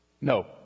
No